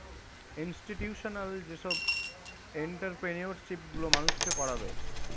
institutional যেসব entrepreneurship গুলো মানুষকে করাবে